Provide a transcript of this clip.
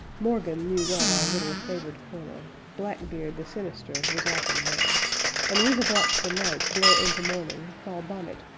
morgan knew well our little favored corner black beard the sinister was often there and we have watched the night blur into morning while bonnet,